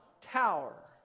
tower